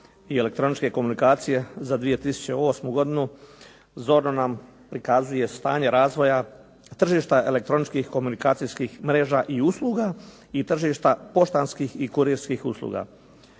i elektroničke komunikacije za 2008. godinu zorno nam prikazuje stanje razvoja tržišta elektroničkih komunikacijskih mreža i usluga i tržišta poštanskih i kurirskih usluga.